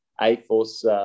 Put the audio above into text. A-Force